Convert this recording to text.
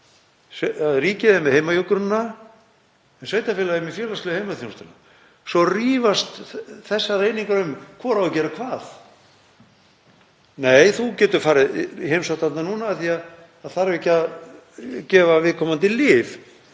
Ríkið er með heimahjúkrunina en sveitarfélögin með félagslegu heimaþjónustuna. Svo rífast þessar einingar um hvor eigi að gera hvað. Nei, þú getur farið í heimsókn þarna af því að það þarf ekki að gefa viðkomandi lyf